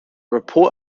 report